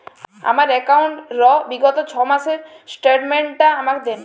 আমার অ্যাকাউন্ট র বিগত ছয় মাসের স্টেটমেন্ট টা আমাকে দিন?